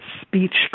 speech